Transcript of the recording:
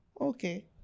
Okay